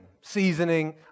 Seasoning